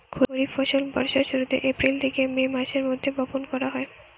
খরিফ ফসল বর্ষার শুরুতে, এপ্রিল থেকে মে মাসের মধ্যে বপন করা হয়